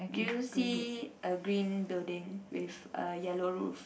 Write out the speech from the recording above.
do you see a green building with a yellow roof